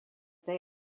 they